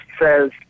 says